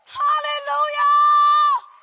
hallelujah